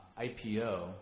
IPO